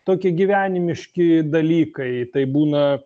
tokie gyvenimiški dalykai tai būna